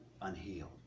unhealed